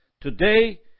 Today